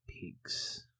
Peaks